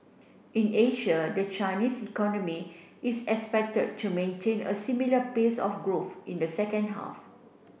in Asia the Chinese economy is expected to maintain a similar pace of growth in the second half